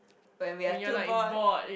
when we are too bored